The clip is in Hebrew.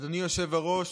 אדוני היושב-ראש,